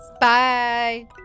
Bye